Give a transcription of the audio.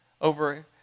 over